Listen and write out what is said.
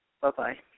Bye-bye